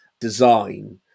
design